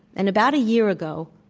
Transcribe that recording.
and about a year ago,